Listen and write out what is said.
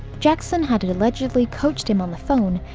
jackson had had allegedly coached him on the phone,